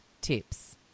tips